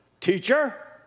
teacher